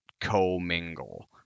co-mingle